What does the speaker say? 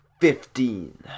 Fifteen